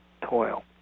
toil